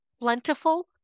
plentiful